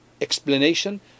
explanation